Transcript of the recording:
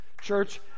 church